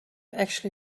actually